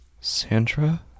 Sandra